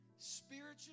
Spiritually